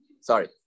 Sorry